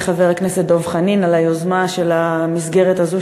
לחבר הכנסת דב חנין על היוזמה של המסגרת הזאת